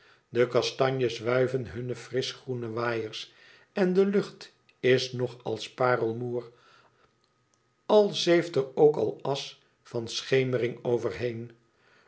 de kastanjes wuiven hunne frischgroene waaiers en de lucht is nog als parelmoêr al zeeft er ook al asch van schemering over